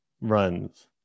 runs